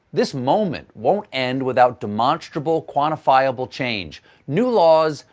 this moment won't end without demonstrable, quantifiable change new laws,